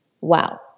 Wow